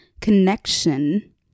connection